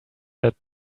that